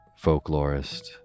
folklorist